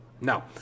No